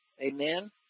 amen